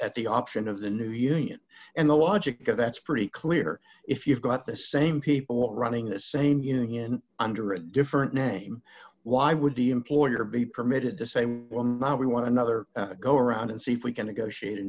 at the option of the new union and the logic of that's pretty clear if you've got the same people running the same union under a different name why would the employer be permitted the same one now we want another go around and see if we can negotiate a